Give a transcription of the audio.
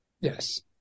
Yes